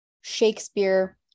Shakespeare